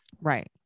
Right